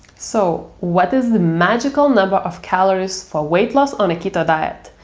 so, what is the magical number of calories for weight loss on a keto diet?